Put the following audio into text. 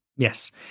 yes